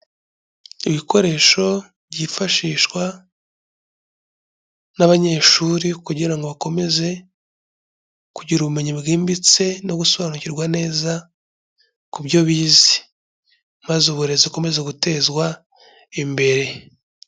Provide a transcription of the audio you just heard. Ibikoresho byifashishwa n'abanyeshuri kugira ngo bakomeze kugira ubumenyi bwimbitse no gusobanukirwa neza ku byo bize, maze uburezi bukomeze gutezwa imbere.